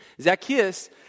Zacchaeus